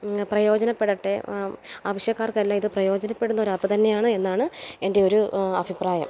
പ്രയോജനപ്പെടട്ടെ ആവശ്യക്കാർക്കെല്ലാം ഇത് പ്രയോജനപ്പെടുന്ന ഒരു ആപ്പ് തന്നെയാണ് എന്നാണ് എൻ്റെ ഒരു അഭിപ്രായം